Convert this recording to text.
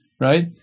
right